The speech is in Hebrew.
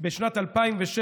בשנת 2006,